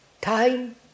time